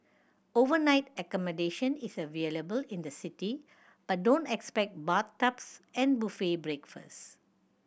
overnight accommodation is available in the city but don't expect bathtubs and buffet breakfasts